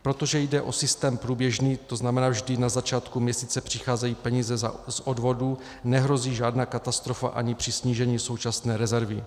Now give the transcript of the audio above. Protože jde o systém průběžný, to znamená, vždy na začátku měsíce přicházejí peníze z odvodů, nehrozí žádná katastrofa ani při snížení současné rezervy.